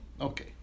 okay